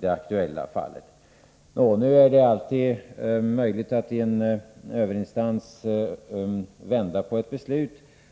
Det är alltid möjligt för en överinstans att vända på ett beslut,